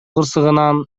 кырсыгынан